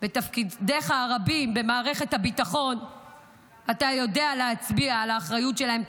בתפקידיך הרבים במערכת הביטחון אתה יודע להצביע על האחריות שלהם,